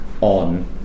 on